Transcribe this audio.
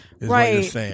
Right